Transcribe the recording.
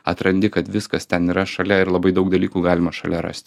atrandi kad viskas ten yra šalia ir labai daug dalykų galima šalia rasti